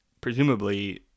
Presumably